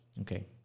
Okay